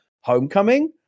homecoming